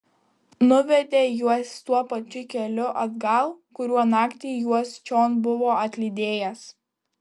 nuvedė juos tuo pačiu keliu atgal kuriuo naktį juos čion buvo atlydėjęs